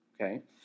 okay